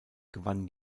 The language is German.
gewann